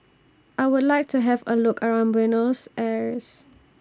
I Would like to Have A Look around Buenos Aires